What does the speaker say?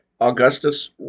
Augustus